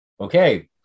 okay